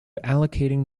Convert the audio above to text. allocating